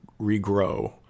regrow